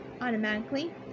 automatically